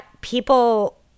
people